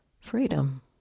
freedom